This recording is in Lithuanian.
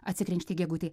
atsikrenkštė gegutė